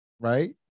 right